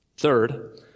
Third